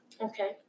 Okay